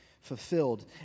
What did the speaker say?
fulfilled